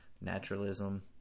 naturalism